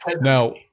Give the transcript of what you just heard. Now